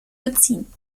beziehen